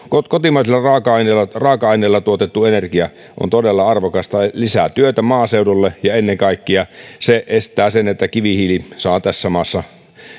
kotimaisella raaka aineella tuotettu energia on todella arvokasta lisää työtä maaseudulle ja ennen kaikkea se estää sen että kivihiili saa tässä maassa